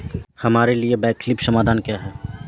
हमारे लिए वैकल्पिक समाधान क्या है?